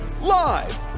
Live